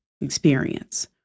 experience